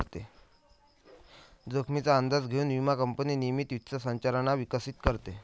जोखमीचा अंदाज घेऊन विमा कंपनी नियमित वित्त संरचना विकसित करते